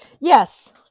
Yes